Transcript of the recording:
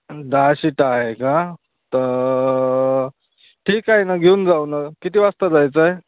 दहा शीटा आहे का तर ठीक आहे ना घेऊन जाऊ न किती वाजता जायचं आहे